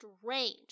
Strange